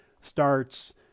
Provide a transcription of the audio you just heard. starts